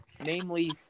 Namely